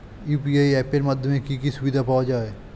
UPI app এর মাধ্যমে কি কি সুবিধা পাওয়া যায়?